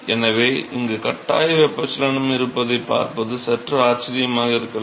எனவே இங்கு கட்டாய வெப்பச்சலனம் இருப்பதைப் பார்ப்பது சற்று ஆச்சரியமாக இருக்கலாம்